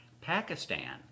Pakistan